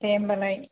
दे होमबालाय